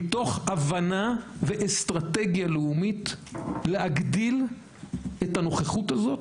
מתוך הבנה ואסטרטגיה לאומית להגדיל את הנוכחות הזאת,